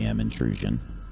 intrusion